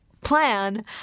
plan